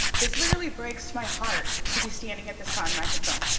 this literally breaks my heart to be standing at this con microphone.